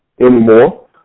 anymore